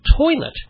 toilet